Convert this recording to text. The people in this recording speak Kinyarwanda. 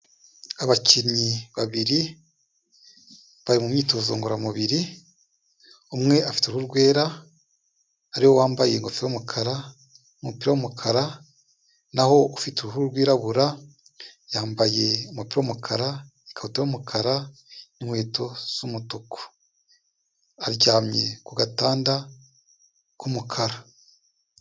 Abakinnyi babiri, bari mu myitozo ngoramubiri, umwe afite uruhu rwera, ari we wambaye ingofero y'umukara, umupira w'umukara, naho ufite uruhu rwirabura, yambaye umupira w'umukara, ikabutura y'umukara n'inkweto z'umutuku, aryamye ku gatanda k'umukara.